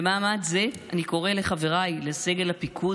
"במעמד זה אני קורא לחבריי לסגל הפיקוד